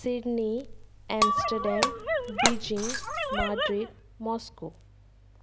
Sydney Amsterdam Beijing Madrid Moscow